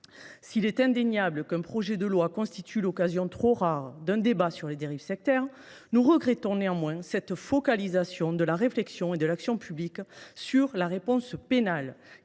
S’il est indéniable qu’un projet de loi constitue l’occasion, trop rare, d’organiser un débat sur les dérives sectaires, nous regrettons néanmoins la concentration de la réflexion et de l’action publiques sur la réponse pénale,